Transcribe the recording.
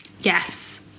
yes